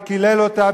וקילל אותה,